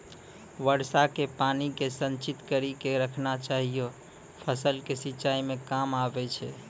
वर्षा के पानी के संचित कड़ी के रखना चाहियौ फ़सल के सिंचाई मे काम आबै छै?